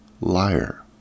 liar